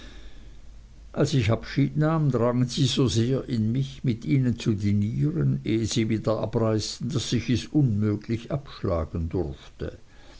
als ich abschied nahm drangen sie so sehr in mich mit ihnen zu dinieren ehe sie wieder abreisten daß ich es unmöglich abschlagen durfte